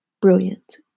brilliant